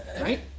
right